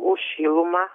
už šilumą